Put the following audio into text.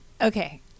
Okay